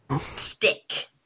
stick